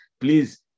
please